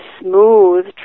smooth